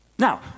Now